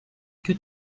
que